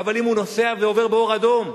אבל אם הוא נוסע ועובר באור אדום,